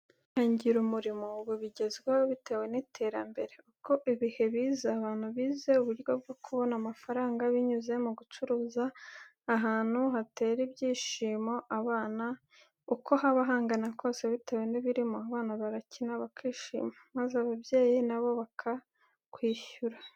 Kwihangira umurimo ubu bigezweho bitewe n’iterambere uko ibihe biza, abantu bize uburyo bwo kubona amafaranga binyuze mu gucuruza ahantu hatera ibyishimo abana, uko haba hangana kose bitewe n’ibirimo abana barakina bakishima, maze ababyeyi na bo bakakwishyura.